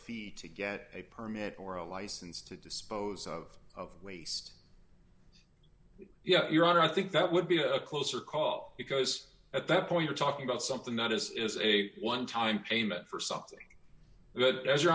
fee to get a permit or a license to dispose of waste yet your honor i think that would be a closer call because at that point you're talking about something that is a one time payment for something good as you